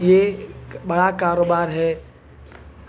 یہ ایک بڑا کاروبار ہے